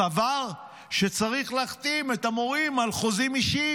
סבר שצריך להחתים את המורים על חוזים אישיים